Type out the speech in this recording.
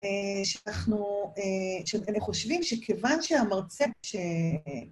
שאנחנו, שאלה חושבים שכיוון שהמרצה